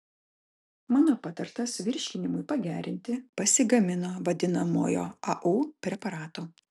mano patartas virškinimui pagerinti pasigamino vadinamojo au preparato